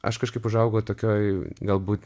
aš kažkaip užaugau tokioj galbūt